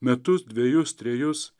metus dvejus trejus